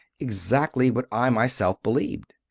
exactly what i myself be lieved.